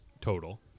total